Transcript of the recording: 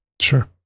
Sure